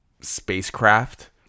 spacecraft